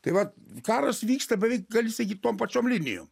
tai vat karas vyksta beveik gali sakyt tom pačiom linijom